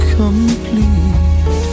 complete